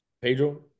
pedro